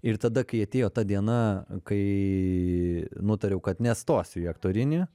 ir tada kai atėjo ta diena kai nutariau kad nestosiu į aktorinį